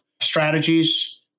strategies